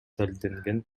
далилденген